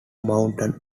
mountain